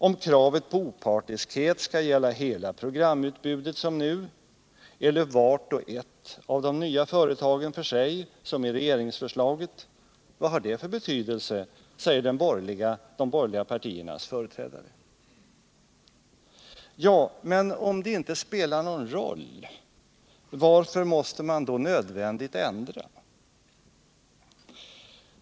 Om kravet på opartiskhet skall gälla hela programutbudet som nu eller vart och ett av de nya företagen för sig som i regeringsförslaget, vad har det för betydelse? säger de borgerligas företrädare. Ja, men om det inte spelar någon roll — varför måste man nödvändigt ändra?